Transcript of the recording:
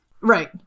Right